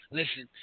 listen